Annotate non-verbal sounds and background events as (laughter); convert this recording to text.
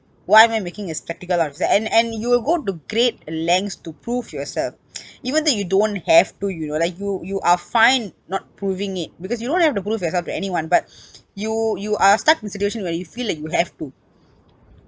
why am I making a spectacle out of that and and you will go to great lengths to prove yourself (noise) even though you don't have to you know like you you are fine not proving it because you don't have to prove yourself to anyone but (noise) you you are stuck in situation where you feel like you have to